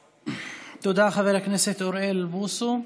תודה, חבר הכנסת אוריאל בוסו.